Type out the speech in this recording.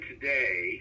today